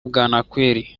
bwanakweli